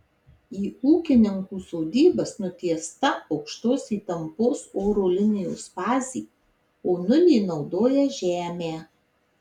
į ūkininkų sodybas nutiesta aukštos įtampos oro linijos fazė o nulį naudoja žemę